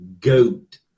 goat